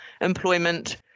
employment